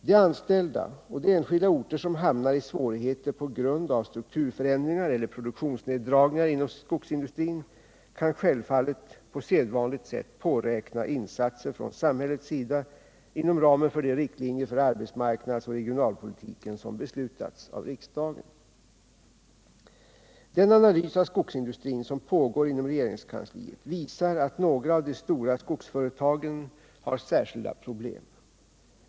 De anställda och de enskilda orter som hamnar i svårigheter på grund av strukturförändringar eller produktionsneddragningar inom skogsindustrin kan självfallet på sedvanligt sätt påräkna insatser från samhällets sida inom ramen för de riktlinjer för arbetsmarknadsoch regionalpolitiken som beslutats av riksdagen. Den analys av skogsindustrin som pågår inom regeringenskansliet visar att några av de stora skogsföretagen har särskilda problem.